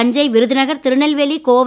Thanjai Virudhunagar Tirunelveli Kovai